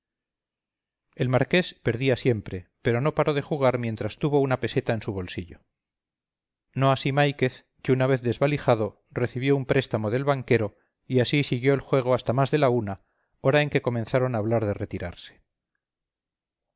el marqués perdía siempre pero no paró de jugar mientras tuvo una peseta en su bolsillo no así máiquez que una vez desvalijado recibió un préstamo del banquero y así siguió el juego hasta más de la una hora en que comenzaron a hablar de retirarse